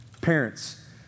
Parents